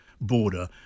border